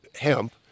hemp